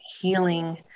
healing